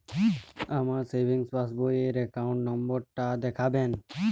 আমার সেভিংস পাসবই র অ্যাকাউন্ট নাম্বার টা দেখাবেন?